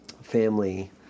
family